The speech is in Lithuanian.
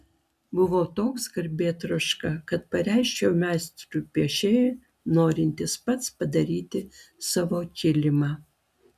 buvau toks garbėtroška kad pareiškiau meistrui piešėjui norintis pats padaryti savo kilimą